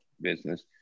business